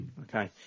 Okay